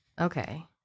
Okay